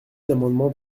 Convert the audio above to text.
d’amendements